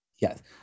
Yes